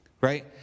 right